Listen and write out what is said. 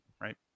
right